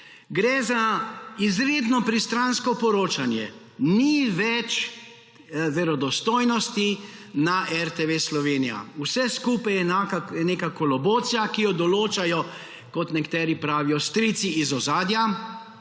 Gre za izredno pristransko poročanje. Ni več verodostojnosti na RTV Slovenija. Vse skupaj je neka kolobocija, ki jo določajo – kot nekateri pravijo – strici iz ozadja;